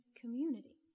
community